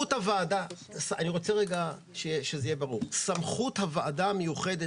אני רוצה שזה יהיה ברור: סמכות הוועדה המיוחדת